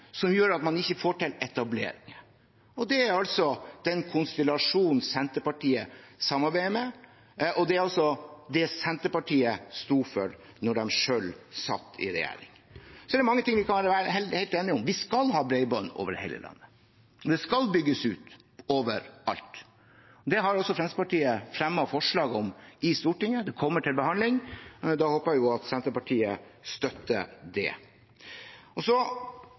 som gjør at man ikke får til etableringer. Det er altså den konstellasjonen Senterpartiet samarbeider med, og det er altså det Senterpartiet sto for da de selv satt i regjering. Det er mange ting vi kan være helt enige om. Vi skal ha bredbånd over hele landet; det skal bygges ut overalt. Det har også Fremskrittspartiet fremmet forslag om i Stortinget. Det kommer til behandling, og da håper jeg at Senterpartiet støtter det.